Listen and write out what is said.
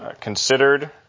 considered